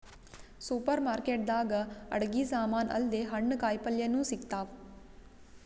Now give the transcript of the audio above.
super market ದಾಗ್ ಅಡಗಿ ಸಮಾನ್ ಅಲ್ದೆ ಹಣ್ಣ್ ಕಾಯಿಪಲ್ಯನು ಸಿಗ್ತಾವ್